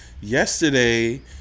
yesterday